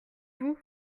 vous